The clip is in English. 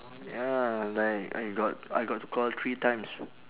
ya like I got I got to call three times